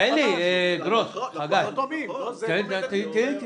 רגע, תן לי לדבר.